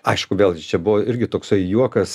aišku vėl jis čia buvo irgi toksai juokas